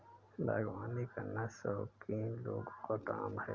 बागवानी करना शौकीन लोगों का काम है